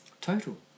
Total